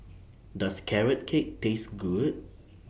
Does Carrot Cake Taste Good